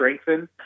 strengthen